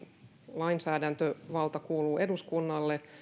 lainsäädäntövalta kuuluu eduskunnalle